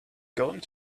going